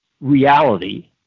reality